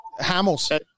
Hamels